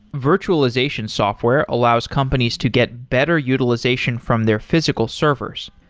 virtualization software allows companies to get better utilization from their physical servers.